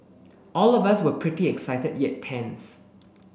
all of us were pretty excited yet tense